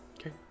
Okay